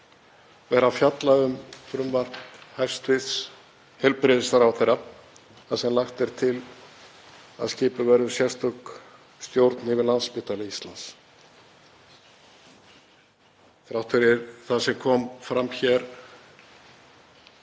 vera að fjalla um frumvarp hæstv. heilbrigðisráðherra þar sem lagt er til að skipuð verði sérstök stjórn yfir Landspítala Íslands. Þrátt fyrir það sem kom fram